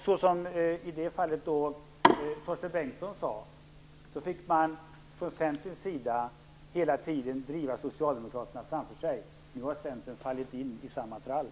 Såsom i det fallet Torsten Bengtson sade fick man från Centerns sida hela tiden driva Socialdemokraterna framför sig. Nu har Centern fallit in i samma trall.